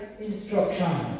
instruction